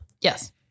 Yes